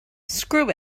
screw